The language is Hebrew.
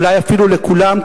אולי אפילו לכולם,